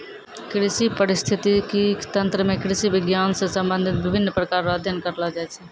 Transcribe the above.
कृषि परिस्थितिकी तंत्र मे कृषि विज्ञान से संबंधित विभिन्न प्रकार रो अध्ययन करलो जाय छै